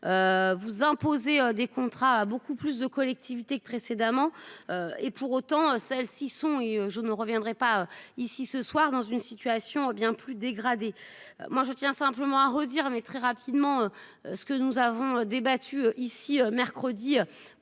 Vous imposer des contrats beaucoup plus de collectivités que précédemment. Et pour autant, celles-ci sont et je ne reviendrai pas ici ce soir dans une situation bien plus dégradée. Moi, je tiens simplement à redire mais très rapidement. Ce que nous avons débattu ici mercredi.